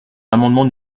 l’amendement